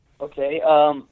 Okay